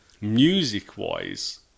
Music-wise